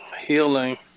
healing